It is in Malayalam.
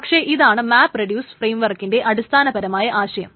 പക്ഷേ ഇതാണ് മാപ് റെഡീയൂസ് ഫ്രെയിംവർക്കിന്റെ അടിസ്ഥാനപരമായ ആശയം